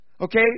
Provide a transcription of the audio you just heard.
Okay